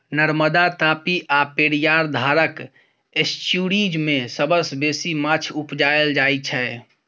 नर्मदा, तापी आ पेरियार धारक एस्च्युरीज मे सबसँ बेसी माछ उपजाएल जाइ छै